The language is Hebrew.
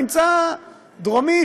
נמצא דרומית,